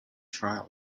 trial